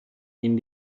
ihnen